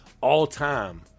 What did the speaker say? all-time